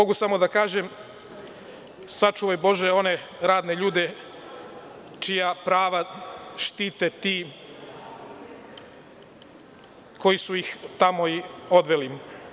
Mogu samo da kažem, sačuvaj bože one radne ljude čija prava štite ti koji su ih tamo i odveli.